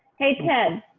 hey, ted